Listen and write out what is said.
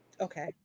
Okay